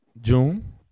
June